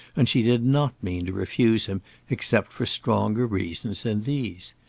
and she did not mean to refuse him except for stronger reasons than these.